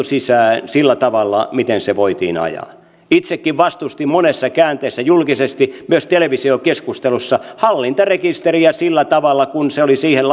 sisään sillä tavalla miten se voitiin ajaa itsekin vastustin sitä monessa käänteessä julkisesti myös televisiokeskustelussa hallintarekisteriä sillä tavalla kuinka se oli siihen